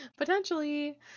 Potentially